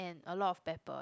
and a lot of pepper what